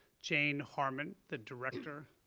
jane harmon, the director.